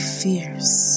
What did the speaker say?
fierce